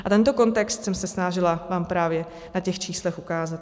A tento kontext jsem se snažila vám právě na těch číslech ukázat.